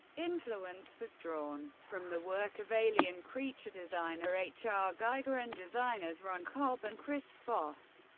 influence was drawn from the work of alien creature designer h. r. giger, and designers ron cobb and chris foss,